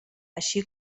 així